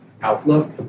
outlook